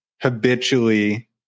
habitually